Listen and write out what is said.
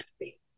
happy